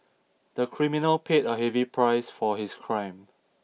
the criminal paid a heavy price for his crime